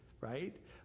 Right